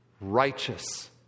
righteous